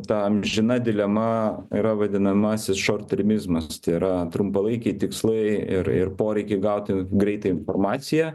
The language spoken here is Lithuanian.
ta amžina dilema yra vadinamasis šortirmizmas tai yra trumpalaikiai tikslai ir ir poreikiai gauti greitą informaciją